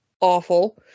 awful